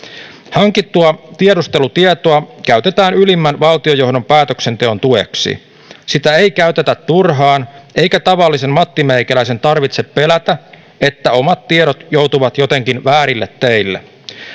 hankittua tiedustelutietoa käytetään ylimmän valtiojohdon päätöksenteon tueksi sitä ei käytetä turhaan eikä tavallisen mattimeikäläisen tarvitse pelätä että omat tiedot joutuvat jotenkin väärille teille